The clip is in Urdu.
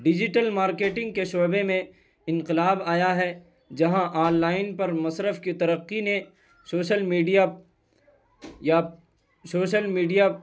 ڈیجیٹل مارکیٹنگ کے شعبے میں انقلاب آیا ہے جہاں آن لائن پر مصرف کی ترقی نے سوشل میڈیا یا سوشل میڈیا